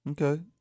Okay